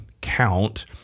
count